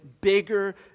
Bigger